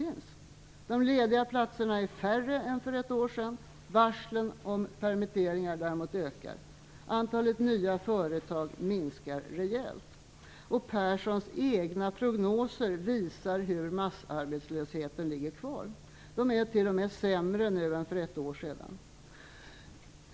De lediga platserna är färre än för ett år sedan. Varslen om permitteringar ökar däremot. Antalet nya företag minskar rejält. Göran Perssons egna prognoser visar hur massarbetslösheten ligger kvar. De är t.o.m. sämre nu än för ett år sedan.